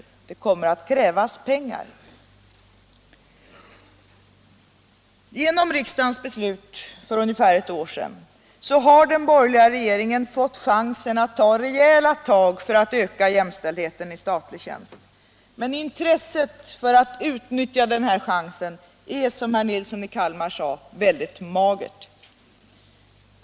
Det kommer att krävas pengar. Genom riksdagens beslut för ungefär ett år sedan har den borgerliga regeringen fått chansen att ta rejäla tag för att öka jämställdheten i statlig tjänst, men intresset för att utnyttja den chansen är, som herr Nilsson i Kalmar sade, väldigt magert.